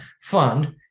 fund